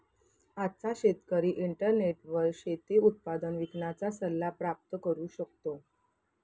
आजचा शेतकरी इंटरनेटवर शेती उत्पादन विकण्याचा सल्ला प्राप्त करू शकतो